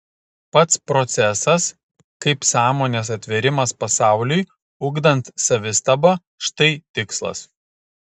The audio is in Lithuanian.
pats procesas kaip sąmonės atvėrimas pasauliui ugdant savistabą štai tikslas